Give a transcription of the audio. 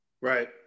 Right